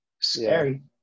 Scary